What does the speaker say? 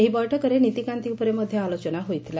ଏହି ବୈଠକରେ ନୀତିକାନ୍ତି ଉପରେ ମଧ୍ଧ ଆଲୋଚନା ହୋଇଥିଲା